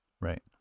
Right